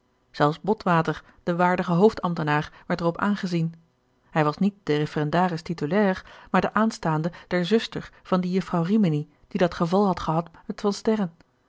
zelfs botwater de waardige hoofdambtenaar werd er op aangezien hij was niet de referendaris titulair maar de aanstaande der zuster van die juffrouw rimini die dat geval had gehad met van